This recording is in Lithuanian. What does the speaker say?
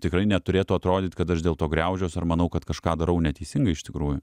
tikrai neturėtų atrodyt kad aš dėl to griažiuos ar manau kad kažką darau neteisingai iš tikrųjų